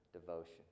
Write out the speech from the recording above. devotion